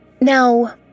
Now